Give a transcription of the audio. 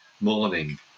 morning